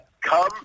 come